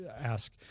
ask